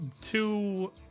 two